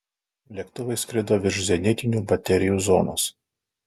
lėktuvai skrido virš zenitinių baterijų zonos